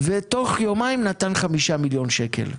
ותוך יומיים הוא נתן חמישה מיליון שקל.